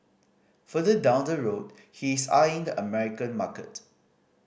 further down the road he is eyeing the American market